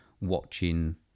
watching